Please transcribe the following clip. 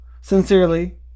sincerely